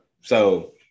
So-